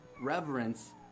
Reverence